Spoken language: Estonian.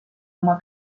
oma